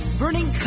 burning